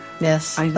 yes